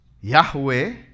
Yahweh